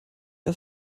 als